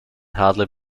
hardly